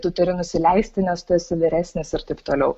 tu turi nusileisti nes tu esi vyresnis ir taip toliau